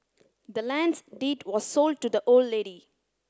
the land's deed was sold to the old lady